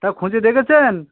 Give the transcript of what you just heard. তা খুঁজে দেখেছেন